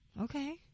Okay